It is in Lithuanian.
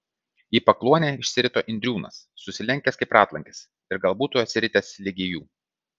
į pakluonę išsirito indriūnas susilenkęs kaip ratlankis ir gal būtų atsiritęs ligi jų